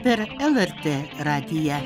per lrt radiją